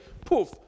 poof